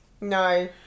No